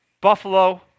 Buffalo